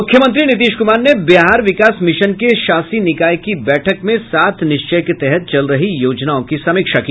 मुख्यमंत्री नीतीश कुमार ने बिहार विकास मिशन के शासी निकाय की बैठक में सात निश्चय के तहत चल रही योजनाओं की समीक्षा की